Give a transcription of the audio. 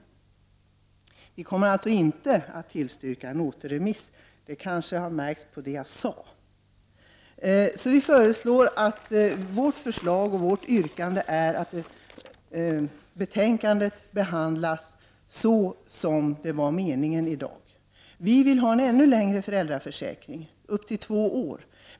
Vi kommer alltså inte att rösta för återremissförslaget — det bör ha framgått av vad jag här sagt. Vårt yrkande är att ärendet i dag sakbehandlas så som ursprungligen var tänkt. Vi vill ha en ännu större utökning av föräldraförsäkringen — upp till två år.